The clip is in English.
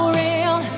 real